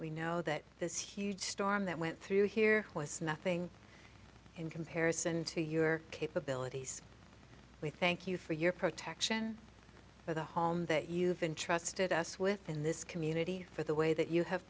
we know that this huge storm that went through here was nothing in comparison to your capabilities we thank you for your protection for the home that you have been trusted us with in this community for the way that you have